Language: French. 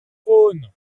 faune